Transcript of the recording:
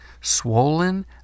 swollen